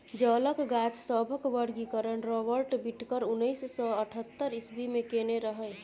जलक गाछ सभक वर्गीकरण राबर्ट बिटकर उन्नैस सय अठहत्तर इस्वी मे केने रहय